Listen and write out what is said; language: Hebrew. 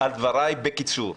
על דבריי בקיצור: